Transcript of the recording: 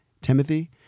Timothy